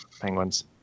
Penguins